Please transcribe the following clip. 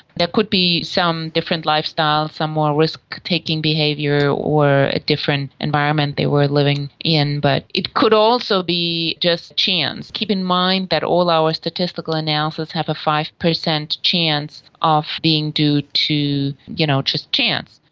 there could be some different lifestyles, some more risk-taking behaviour or different environment they were living in, but it can also be just chance. keep in mind that all our statistical analyses have a five percent chance of being due to you know just chance.